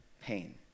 pain